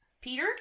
peter